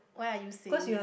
why are you saying it